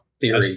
theory